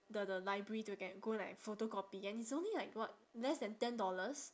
the the library to get go like photocopy and it's only like what less than ten dollars